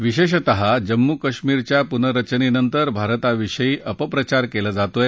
विशेषतः जम्मू कश्मीरच्या पुनर्रचनेनंतर भारताविषयी अपप्रचार केला जातोय